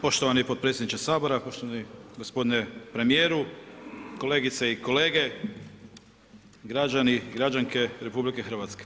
Poštovani potpredsjedniče Sabora, poštovani gospodine premjeru, kolegice i kolege, građani, građanke RH.